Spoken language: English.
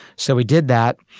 so we did that.